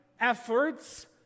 efforts